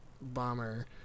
bomber